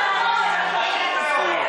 בבקשה, אדוני.